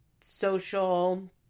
social